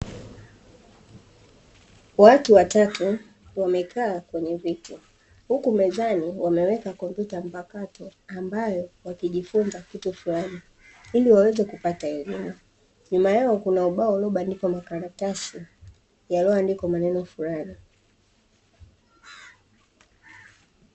Watu watatu wamekaa kwenye viti, huku mezani wameweka kompyuta mpakato. Ambayo wakijifunza kitu fulani ili waweze kupata elimu. Nyuma yao kuna ubao ulio bandikwa na makaratasi yaliyoandikwa maneno fulani.